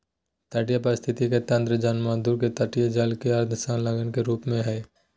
तटीय पारिस्थिति के तंत्र ज्वारनदमुख के तटीय जल के अर्ध संलग्न के रूप में हइ